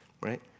right